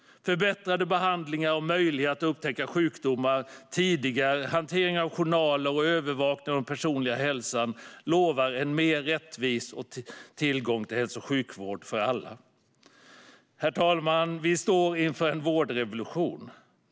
Förbättrade behandlingar, möjligheten att upptäcka sjukdomar tidigare, hanteringen av journaler och övervakningen av den personliga hälsan lovar en mer rättvis tillgång till hälso och sjukvård för alla. Herr talman! Vi står inför en vårdrevolution.